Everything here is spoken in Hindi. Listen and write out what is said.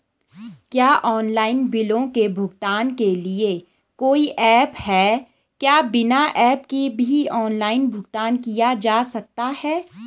क्या ऑनलाइन बिलों के भुगतान के लिए कोई ऐप है क्या बिना ऐप के भी ऑनलाइन भुगतान किया जा सकता है?